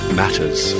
matters